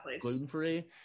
gluten-free